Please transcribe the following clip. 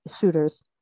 shooters